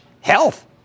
Health